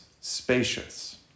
spacious